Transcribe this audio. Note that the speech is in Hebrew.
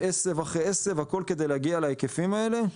ועשב אחרי עזב הכול כדי להגיע להיקפים האלה.